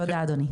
תודה, אדוני.